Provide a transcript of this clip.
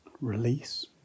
release